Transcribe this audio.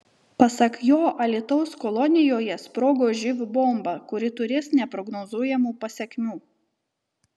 pasak jo alytaus kolonijoje sprogo živ bomba kuri turės neprognozuojamų pasekmių